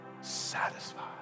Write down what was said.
satisfied